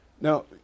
Now